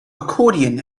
accordion